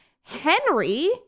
Henry